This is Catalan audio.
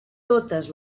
totes